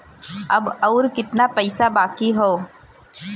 अब अउर कितना पईसा बाकी हव?